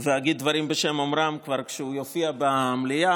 ואגיד דברים בשם אומרם כבר כשהוא יופיע במליאה.